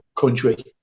country